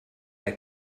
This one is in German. der